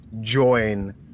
join